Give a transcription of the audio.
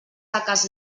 taques